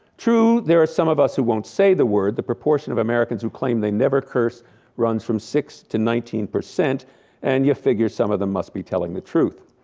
true there are some of us who won't say the word. the proportion of americans who claim they never curse runs from six to nineteen percent and you figure some of them must be telling the truth.